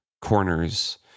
corners